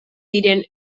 diren